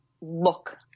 look